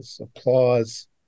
applause